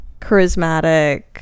Charismatic